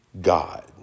God